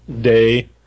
day